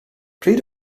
pryd